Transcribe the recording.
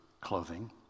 clothing